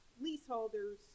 leaseholders